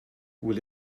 will